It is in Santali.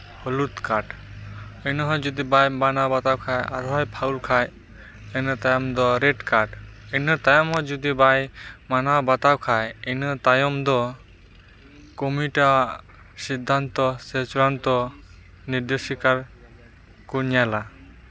ᱦᱚᱞᱩᱫ ᱠᱟᱨᱰ ᱮᱱᱦᱚᱸ ᱡᱩᱫᱤ ᱵᱟᱭ ᱢᱟᱱᱟᱣ ᱵᱟᱛᱟᱣᱟ ᱟᱨᱦᱚᱸᱭ ᱯᱷᱟᱣᱩᱞ ᱠᱷᱟᱡ ᱤᱱᱟᱹ ᱛᱟᱭᱚᱢ ᱫᱚ ᱨᱮᱰ ᱠᱟᱨᱰ ᱤᱱᱟᱹ ᱛᱟᱭᱚᱢ ᱦᱚᱸ ᱡᱩᱫᱤ ᱵᱟᱭ ᱢᱟᱱᱟᱣ ᱵᱟᱛᱟᱣ ᱠᱷᱟᱡ ᱤᱱᱟᱹ ᱛᱟᱭᱚᱢ ᱫᱚ ᱠᱚᱢᱤᱴᱤᱭᱟᱜ ᱥᱤᱫᱽᱫᱷᱟᱱᱛᱚ ᱥᱮ ᱪᱩᱲᱟᱱᱛᱚ ᱱᱤᱨᱫᱮᱥᱤᱠᱟ ᱠᱚ ᱧᱮᱞᱟ